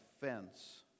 fence